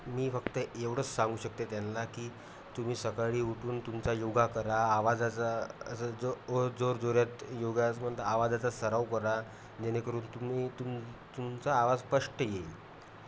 मी फक्त एवढंच सांगू शकते त्यांला की तुम्ही सकाळी उठून तुमचा योगा करा आवाजाचा असं जो जोर जोरात योगास म्हणतं आवाजाचा सराव करा जेणेकरून तुम्ही तुम तुमचा आवाज स्पष्ट येईल